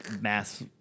Mass